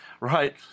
right